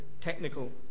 technical